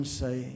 say